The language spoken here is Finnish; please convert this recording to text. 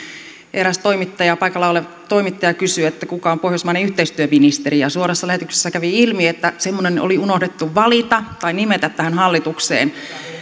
eräs paikalla oleva toimittaja kysyi kuka on pohjoismainen yhteistyöministeri suorassa lähetyksessä kävi ilmi että semmoinen oli unohdettu valita tai nimetä tähän hallitukseen